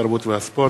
התרבות והספורט.